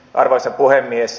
arvoisa puhemies